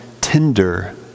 tender